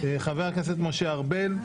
חבר הכנסת משה ארבל.